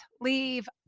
leave